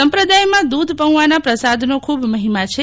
સંપ્રદાયમાં દધ પાઆના પ્રસાદનો ખુબ મહિમા છે